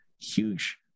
huge